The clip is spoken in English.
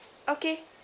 okay